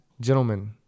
gentlemen